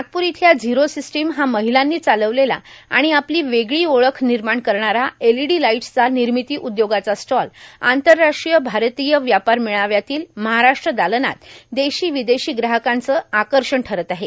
नागपूर इथल्या ाझरो ासस्टीम हा माहलांनी चार्लावलेला आर्गाण आपलो वेगळी ओळख र्निमाण करणारा एलईडी लाईटस् र्नामती उद्योगाचा स्टॉल आंतरराष्ट्रीय भारतीय व्यापार मेळयातील महाराष्ट्र दालनात देशी र्विदेशी ग्राहकांचे आकषण ठरत आहे